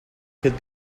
could